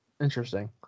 Interesting